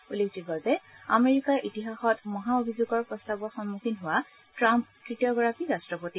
উল্লেখযোগ্য যে আমেৰিকাৰ ইতিহাসত মহা অভিযোগৰ প্ৰস্তাৱৰ সন্মুখীন হোৱা ট্ৰাম্প তৃতীয়গৰাকী ৰাট্টপতি